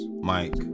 mike